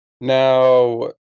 Now